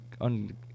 on